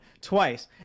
twice